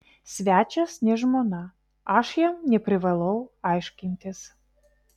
svečias ne žmona aš jam neprivalau aiškintis